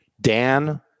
dan